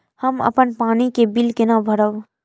हम अपन पानी के बिल केना भरब?